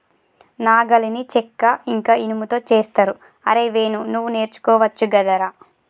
నాగలిని చెక్క ఇంక ఇనుముతో చేస్తరు అరేయ్ వేణు నువ్వు నేర్చుకోవచ్చు గదరా